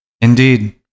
indeed